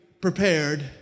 prepared